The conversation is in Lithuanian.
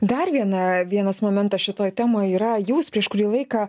dar viena vienas momentas šitoj temoj yra jūs prieš kurį laiką